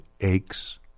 aches